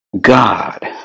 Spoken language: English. God